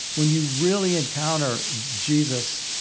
when you really encounter jesus,